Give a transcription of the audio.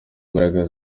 imbaraga